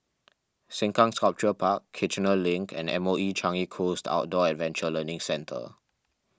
Sengkang Sculpture Park Kiichener Link and M O E Changi Coast Outdoor Adventure Learning Centre